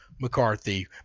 McCarthy